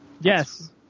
yes